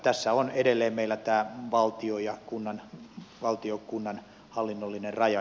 tässä on edelleen meillä tämä valtion ja kunnan hallinnollinen raja